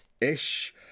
ish